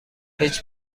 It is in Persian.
هیچ